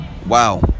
wow